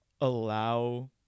allow